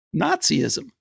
nazism